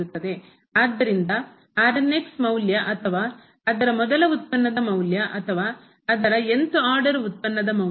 ಆದ್ದರಿಂದ ಮೌಲ್ಯ ಅಥವಾ ಅದರ ಮೊದಲ ಉತ್ಪನ್ನದ ಮೌಲ್ಯ ಅಥವಾ ಅದರ th ಆರ್ಡರ್ ಉತ್ಪನ್ನ ದ ಮೌಲ್ಯ ಎಲ್ಲಾವು ನಲ್ಲಿ 0 ಆಗಿದೆ